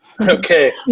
Okay